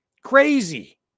Crazy